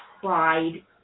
tried